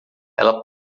ela